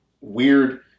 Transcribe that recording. weird